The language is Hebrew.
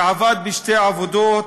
ועבד בשתי עבודות,